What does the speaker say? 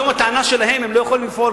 היום הטענה שלהם היא שהם לא יכולים לפעול,